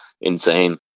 Insane